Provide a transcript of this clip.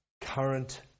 current